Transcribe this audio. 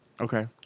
Okay